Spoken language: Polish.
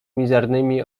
mizernymi